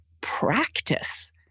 practice